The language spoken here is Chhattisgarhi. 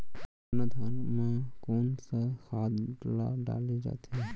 सरना धान म कोन सा खाद ला डाले जाथे?